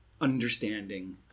understanding